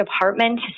department